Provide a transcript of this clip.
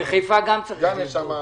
גם בחיפה יש גן חיות.